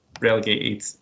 relegated